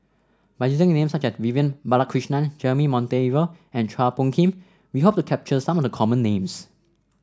by using names such as Vivian Balakrishnan Jeremy Monteiro and Chua Phung Kim we hope to capture some of the common names